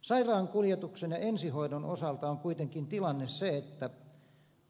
sairaankuljetuksen ja ensihoidon osalta on tilanne kuitenkin se että